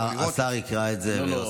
השר יקרא את זה.